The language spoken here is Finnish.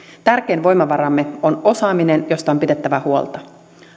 tärkein voimavaramme on osaaminen josta on pidettävä huolta